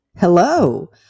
Hello